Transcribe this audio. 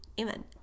Amen